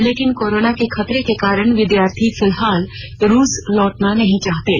लेकिन कोरोना के खतरे के कारण विद्यार्थी फिलहाल रूस लौटना नहीं चाहते हैं